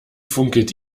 funkelt